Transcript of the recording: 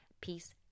Peace